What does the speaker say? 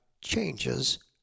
changes